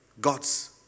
God's